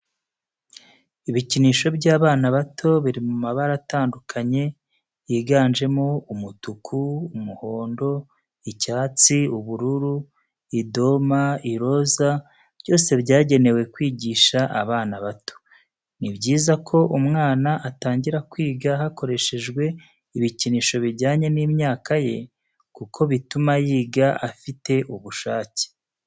Ibikinisho by'abana bato biri mu mabara atandukanye yiganjemo umutuku, umuhondo, icyatsi, ubururu, idoma, iroza, byose byagenewe kwigisha abana bato. Ni byiza ko umwana atangira kwiga hakoreshejwe ibikinisho bijyanye n'imyaka ye kuko bituma yiga afite ubushake.